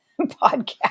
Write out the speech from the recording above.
podcast